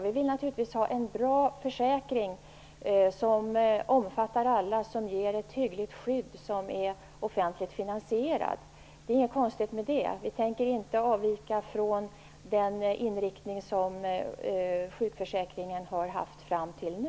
Vi vill naturligtvis ha en bra försäkring, som omfattar alla, som ger ett hyggligt skydd och som är offentligt finansierad. Det är inget konstigt med det. Vi tänker inte avvika från den inriktning som sjukförsäkringen har haft fram till nu.